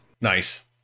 nice